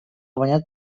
banyat